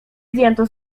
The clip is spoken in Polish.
zdjęto